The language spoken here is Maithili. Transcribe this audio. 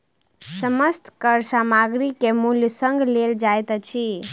समस्त कर सामग्री के मूल्य संग लेल जाइत अछि